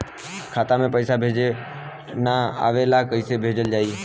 खाता में पईसा भेजे ना आवेला कईसे भेजल जाई?